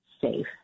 safe